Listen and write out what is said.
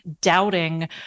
doubting